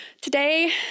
today